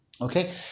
Okay